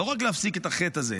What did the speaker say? לא רק להפסיק את החטא הזה,